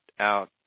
out